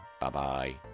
Bye-bye